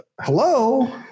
hello